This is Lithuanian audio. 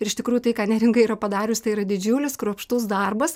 ir iš tikrųjų tai ką neringa yra padarius tai yra didžiulis kruopštus darbas